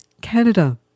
Canada